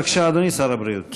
בבקשה, אדוני שר הבריאות.